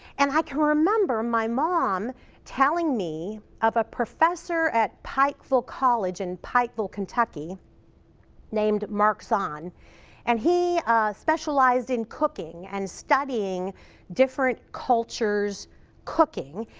and i can remember my mom telling me of a professor at pikeville college in pikeville, kentucky named mark zahn and he specialized in cooking and studying different cultures' cooking.